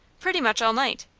pretty much all night.